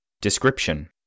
Description